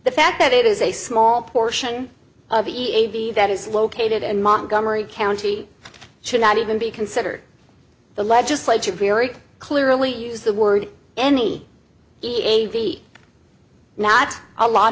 the fact that it is a small portion that is located in montgomery county should not even be considered the legislature clearly use the word any e a v not a lot